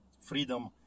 Freedom